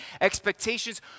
expectations